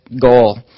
goal